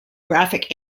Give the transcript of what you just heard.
graphic